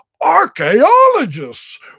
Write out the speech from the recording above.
archaeologists